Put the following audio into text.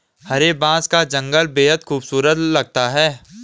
हरे बांस का जंगल बेहद खूबसूरत लगता है